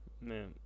Man